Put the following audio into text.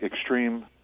extreme